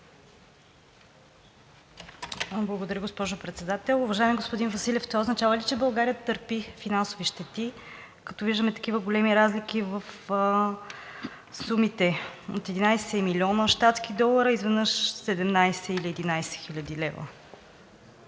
Благодаря, госпожо Председател. Уважаеми господин Василев, това означава ли, че България търпи финансови щети, като виждаме такива големи разлики в сумите – от 11 млн. щатски долара изведнъж 17 или 11 хил. лв.?